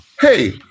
Hey